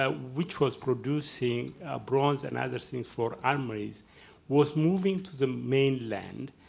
um which was producing bronze and other things for armories was moving to the mainland.